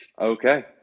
Okay